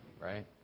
right